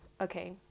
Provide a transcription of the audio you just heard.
Okay